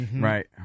Right